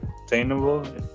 sustainable